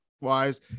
wise